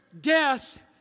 death